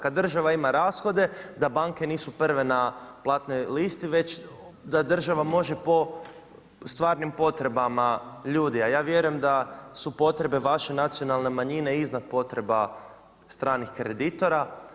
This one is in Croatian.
Kada država ima rashode da banke nisu prve na platnoj listi, već da država može po stvarnim potrebama ljudi, a ja vjerujem da su potrebe vaše nacionalne manjine iznad potreba stranih kreditora.